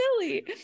silly